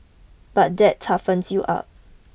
but that toughens you up